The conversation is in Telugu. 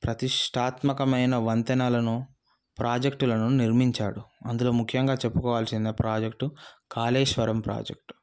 ప్రతిష్టాత్మకమైన వంతెనలను ప్రాజెక్టులను నిర్మించాడు అందులో ముఖ్యంగా చెప్పుకోవాల్సిన ప్రాజెక్టు కాళేశ్వరం ప్రాజెక్ట్